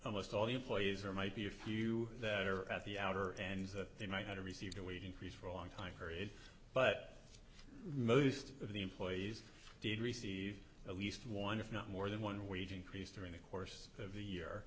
almost all the employees or maybe a few that are at the outer ends that they might have received a wage increase for a long time but most of the employees did receive at least one if not more than one wage increase during the course of the year